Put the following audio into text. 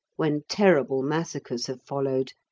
when terrible massacres have followed,